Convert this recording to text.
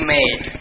made